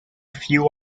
few